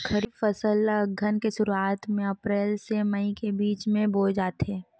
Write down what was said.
खरीफ फसल ला अघ्घन के शुरुआत में, अप्रेल से मई के बिच में बोए जाथे